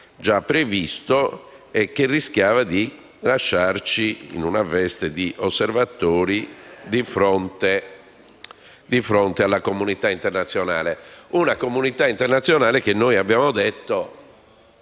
già previsto: ciò rischiava di lasciarci in una veste di osservatori di fronte alla comunità internazionale. Una comunità internazionale che, come abbiamo detto